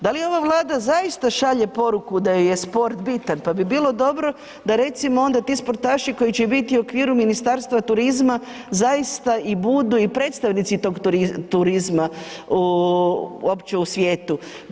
Da li ova Vlada zaista šalje poruku da joj je sport bitan pa bi bilo dobro da recimo onda ti sportaši koji će biti u okviru Ministarstva turizma zaista i budu i predstavnici tog turizma u, opće u svijetu?